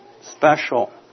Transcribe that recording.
special